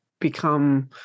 become